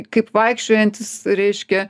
kaip vaikščiojantis reiškia